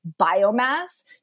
biomass